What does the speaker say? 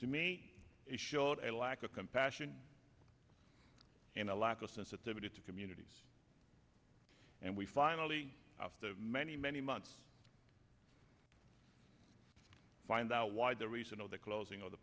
to me it showed a lack of compassion and a lack of sensitivity to communities and we finally after many many months find out why the reason of the closing of the